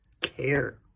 care